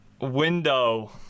window